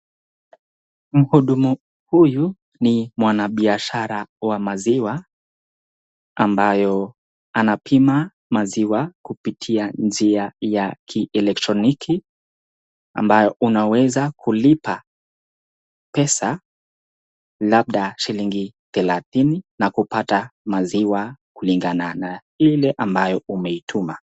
Mhudumu huyu ni mwanabiashara wa maziwa ambayo anapima maziwa kupitia njia ya kielektoniki ambayo unaweza kulipa pesa labda shilingi thelathini na kupata maziwa kulingana na ile ambayo umeituma.